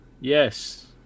Yes